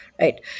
right